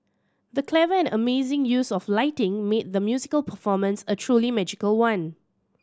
the clever and amazing use of lighting made the musical performance a truly magical one